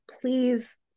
Please